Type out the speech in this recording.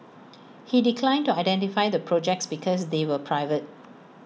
he declined to identify the projects because they were private